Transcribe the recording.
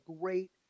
great